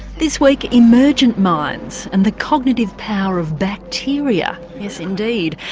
this week, emergent minds and the cognitive power of bacteria, yes indeed.